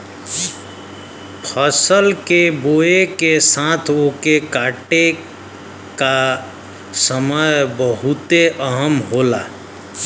फसल के बोए के साथ ओके काटे का समय बहुते अहम होला